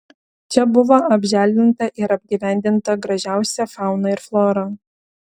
čia buvo apželdinta ir apgyvendinta gražiausia fauna ir flora